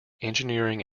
engineering